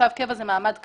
תושב קבע זה מעמד קבוע.